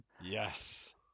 Yes